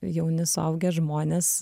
jauni suaugę žmonės